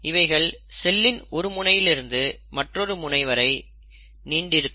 இவைகள் செல்லின் ஒரு முனையிலிருந்து மற்றொரு முனை வரை நீண்டிருக்கும்